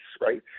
right